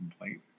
complaint